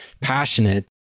passionate